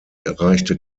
reichte